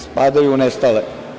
Spadaju u nestale.